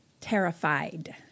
Terrified